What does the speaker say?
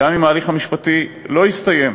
גם אם ההליך המשפטי לא הסתיים.